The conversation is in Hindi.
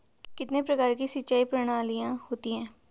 कितने प्रकार की सिंचाई प्रणालियों होती हैं?